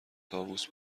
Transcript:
طاووس